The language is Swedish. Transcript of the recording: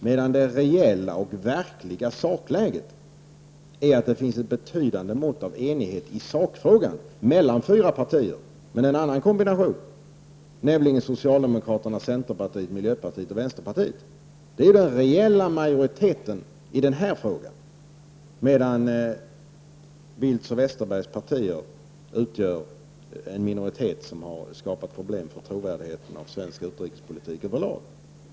Sanningen är dock att det finns ett betydande mått av enighet i sakfrågan mellan fyra partier i en annan kombination, nämligen mellan socialdemokraterna, centerpartiet, miljöpartiet och vänsterpartiet. Det är den reella majoriteten i frågan. Carl Bildts och Bengt Westerbergs partier utgör en minoritet som har skapat problem för trovärdigheten i svensk utrikespolitik över lag.